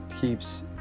keeps